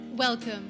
Welcome